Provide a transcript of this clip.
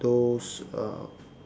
those uh